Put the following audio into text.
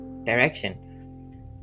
direction